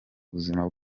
buzima